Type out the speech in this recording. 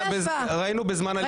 ראינו בזמן ההתנתקות,